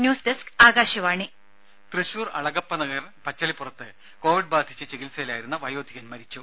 news desk Akashvani രേര തൃശൂർ അളഗപ്പനഗർ പച്ചളിപ്പുറത്ത് covid ബാധിച്ച് ചികിത്സയിലായിരുന്ന വയോധികൻ മരിച്ചു